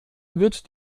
wird